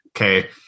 okay